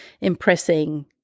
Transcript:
impressing